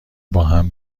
باهم